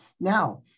Now